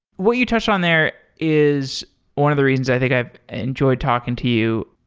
what you touched on there is one of the reasons i think i enjoy talking to you.